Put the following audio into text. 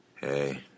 Hey